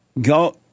Go